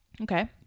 Okay